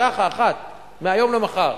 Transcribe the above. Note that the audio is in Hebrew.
ככה אחת מהיום למחר,